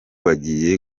bagiye